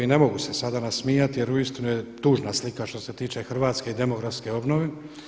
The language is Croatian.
Ne mogu se sada nasmijati jer uistinu je tužna slika što se tiče hrvatske demografske obnove.